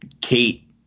Kate